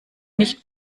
nicht